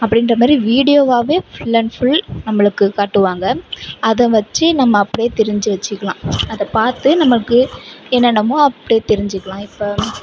அப்படின்ற மாதிரி வீடியோவாகவே ஃபுல் அண்ட் ஃபுல் நம்மளுக்கு காட்டுவாங்க அதை வச்சு நம்ம அப்படியே தெரிஞ்சு வச்சுக்கலாம் அதை பார்த்து நமக்கு என்னென்னமோ அப்படியே தெரிஞ்சுக்கலாம் இப்போ